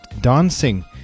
dancing